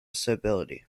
stability